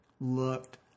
looked